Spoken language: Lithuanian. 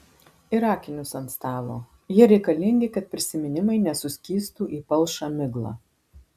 ir akinius ant stalo jie reikalingi kad prisiminimai nesuskystų į palšą miglą